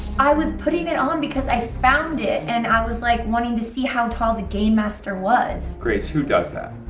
i was putting it on because i found it and i was like wanting to see how tall the game master was grace, who does that?